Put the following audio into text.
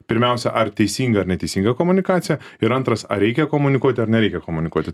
pirmiausia ar teisinga neteisinga komunikacija ir antras ar reikia komunikuoti ar nereikia komunikuoti